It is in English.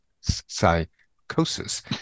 psychosis